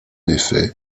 effet